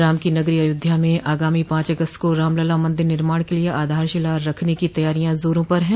राम की नगरी अयोध्या में आगामी पांच अगस्त को रामलला मंदिर निर्माण के लिये आधारशिला रखने की तैयारियां जोरो पर है